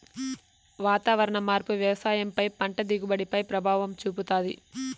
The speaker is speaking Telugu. వాతావరణ మార్పు వ్యవసాయం పై పంట దిగుబడి పై ప్రభావం చూపుతాది